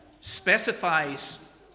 specifies